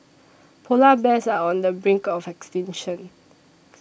Polar Bears are on the brink of extinction